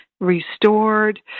restored